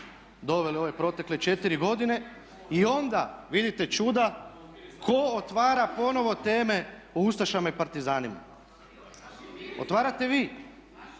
doveli u ove protekle 4 godine. I onda, vidite čuda, tko otvara ponovno teme o ustašama i partizanima? Otvarate vi!